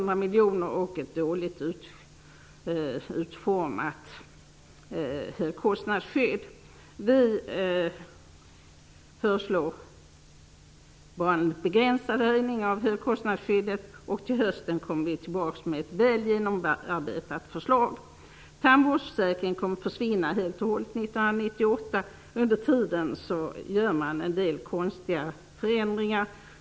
Det rör sig om Vi föreslår en begränsad höjning av högkostnadsskyddet. Till hösten återkommer vi med ett väl genomarbetat förslag. Tandvårdsförsäkringen kommer 1998 att helt och hållet försvinna. Under tiden görs en del konstiga förändringar.